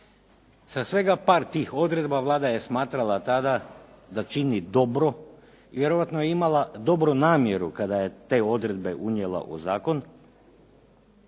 Sa svega par tih odredbi Vlada je smatrala tada da čini dobro i vjerojatno je imala dobru namjeru kada je te odredbe unijela u zakon